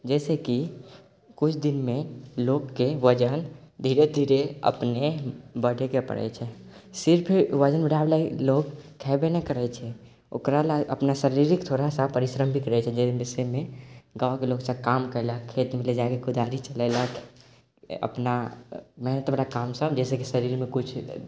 जइ सँ कि किछु दिनमे लोकके वजन धीरे धीरे अपने बढैके पड़ै छै सिर्फ वजन बढाबै लागी लोक खेबे नहि करै छै ओकरा ला अपना शारीरिक थोड़ा सा परिश्रम भी करै छै जैसेमे गाँवके लोकसब काम कयलक खेतमे ले जाके कोदारी चलेलक अपना मेहनतवला काम सब जाहिसँ कि शरीरमे किछु